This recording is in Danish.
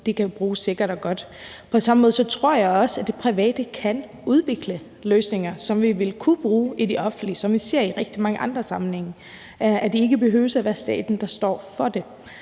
vide kan bruges sikkert og godt. På samme måde tror jeg også, at det private kan udvikle løsninger, som vi vil kunne bruge i det offentlige, og som vi ser i rigtig mange andre sammenhænge, altså at det ikke behøver at være staten, der står for det.